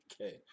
Okay